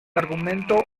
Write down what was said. argumento